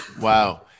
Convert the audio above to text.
Wow